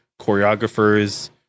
choreographers